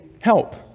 help